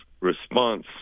response